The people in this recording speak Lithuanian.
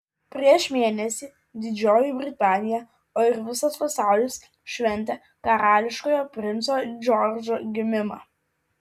prieš mėnesį didžioji britanija o ir visas pasaulis šventė karališkojo princo džordžo gimimą